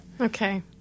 Okay